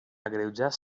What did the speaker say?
agreujar